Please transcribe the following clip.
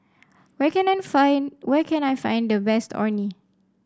where can I find where can I find the best Orh Nee